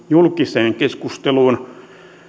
julkiseen keskusteluun